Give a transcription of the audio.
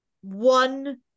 one